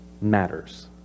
matters